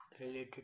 related